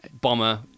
Bomber